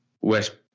West